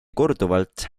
korduvalt